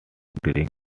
drink